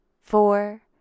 four